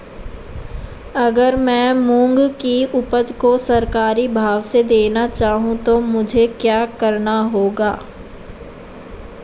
अगर मैं मूंग की उपज को सरकारी भाव से देना चाहूँ तो मुझे क्या करना होगा?